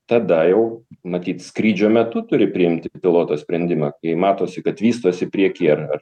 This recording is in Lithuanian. tada jau matyt skrydžio metu turi priimti pilotas sprendimą jei matosi kad vystosi priekyje ar